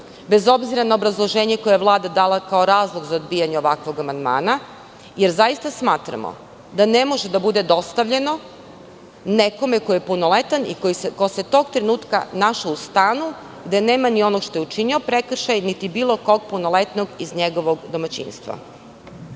bez obzira na obrazloženje koje je Vlada dala kao razlog za odbijanje ovakvog amandmana, jer zaista smatramo da ne može da bude dostavljeno nekome ko je punoletan i ko se tog trenutka našao u stanu, da nema ni ovog što je učinio prekršaj, niti bilo kog punoletnog iz njegovog domaćinstva.